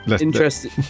Interesting